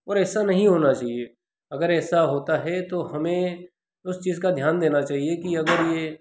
और ऐसा नहीं होना चहिए अगर ऐसा होता है तो हमें उस चीज़ का ध्यान देना चाहिए कि अगर ये